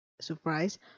surprise